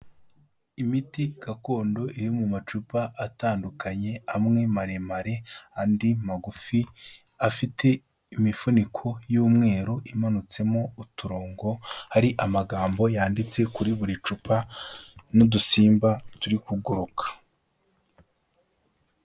Imiti gakondo iri mu macupa atandukanye, amwe maremare andi magufi, afite imifuniko y'umweru imanutsemo uturongo, hari amagambo yanditse kuri buri cupa n'udusimba turi kuguruka.